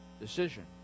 decision